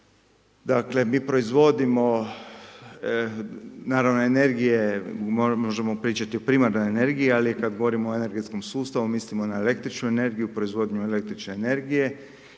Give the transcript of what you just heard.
Mi proizvodimo, naravno energije i možemo pričati o primarnoj energiji, ali kada govorimo o energetskom sustavu, mislimo na el. energiju, proizvodnju el. energije